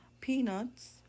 peanuts